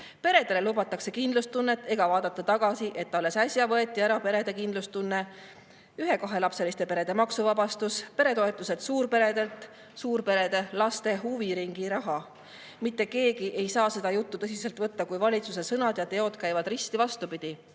Peredele lubatakse kindlustunnet ega vaadata, et alles äsja võeti ära perede kindlustunne: ühe- ja kahelapseliste perede maksuvabastus, peretoetused suurperedelt, suurperede laste huviringiraha. Mitte keegi ei saa seda juttu tõsiselt võtta, kui valitsuse sõnad ja teod käivad risti vastupidi. Ma